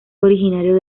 originario